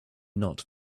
not